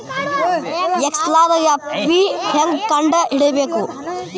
ಎಕ್ಸೆಲ್ದಾಗ್ ಎಫ್.ವಿ ಹೆಂಗ್ ಕಂಡ ಹಿಡಿಬೇಕ್